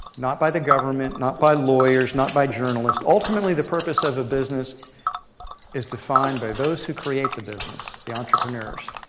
not by the government, not by lawyers, not by journalists. ultimately, the purpose of a business is defined by those who create the business, the entrepreneurs,